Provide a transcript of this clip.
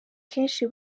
kenshi